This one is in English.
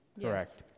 Correct